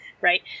right